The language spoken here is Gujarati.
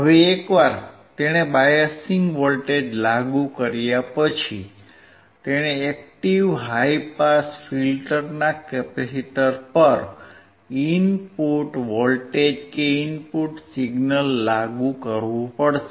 હવે એકવાર તેણે બાયસીંગ વોલ્ટેજ લાગુ કર્યા પછી તેણે એક્ટીવ હાઇ પાસ ફિલ્ટરના કેપેસિટર પર ઇનપુટ વોલ્ટેજ કે ઇનપુટ સિગ્નલ લાગુ કરવું પડશે